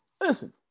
Listen